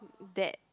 dad